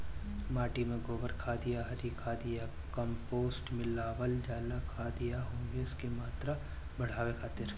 माटी में गोबर खाद या हरी खाद या कम्पोस्ट मिलावल जाला खाद या ह्यूमस क मात्रा बढ़ावे खातिर?